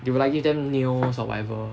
they will like give them nails or whatever